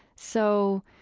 so,